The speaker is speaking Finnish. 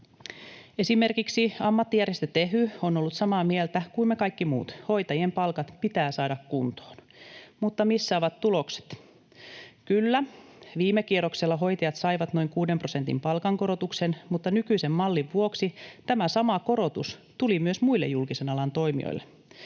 Esimerkiksi ammattijärjestö Tehy on ollut samaa mieltä kuin me kaikki muut: hoitajien palkat pitää saada kuntoon. Mutta missä ovat tulokset? Kyllä, viime kierroksella hoitajat saivat noin kuuden prosentin palkankorotuksen, mutta nykyisen mallin vuoksi tämä sama korotus tuli myös muille julkisen alan toimijoille.